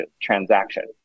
transaction